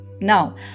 Now